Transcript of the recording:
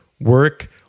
work